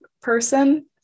person